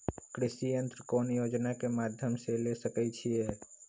कृषि यंत्र कौन योजना के माध्यम से ले सकैछिए?